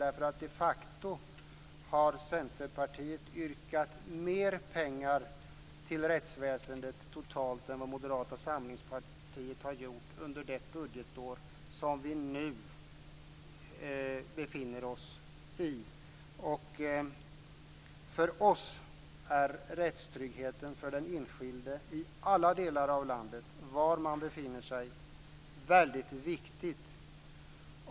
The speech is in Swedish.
De facto har Centerpartiet yrkat mer pengar till rättsväsendet totalt sett än vad Moderata samlingspartiet har gjort under det budgetår som vi nu befinner oss i. För oss är rättstryggheten för den enskilde i alla delar av landet, var man än befinner sig, väldigt viktig.